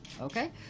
Okay